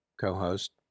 co-host